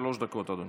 שלוש דקות, אדוני.